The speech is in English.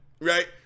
right